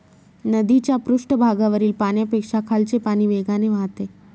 नदीच्या पृष्ठभागावरील पाण्यापेक्षा खालचे पाणी वेगाने वाहते